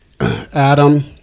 Adam